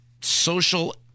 social